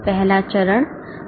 पहला चरण मानकों का गठनकरना था